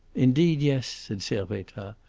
indeed, yes, said servettaz.